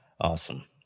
Awesome